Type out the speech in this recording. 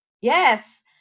yes